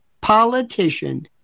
politician